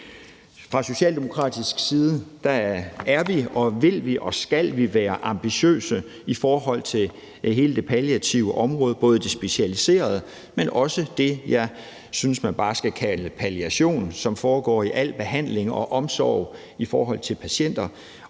Fra socialdemokratisk side er vi, vil vi og skal vi være ambitiøse i forhold til hele det palliative område, både det specialiserede, men også det, jeg synes man bare skal kalde palliation, og som foregår i al behandling og omsorg af patienter,